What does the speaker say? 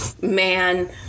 man